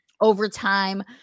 overtime